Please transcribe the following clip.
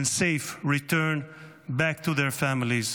safe return back to their families.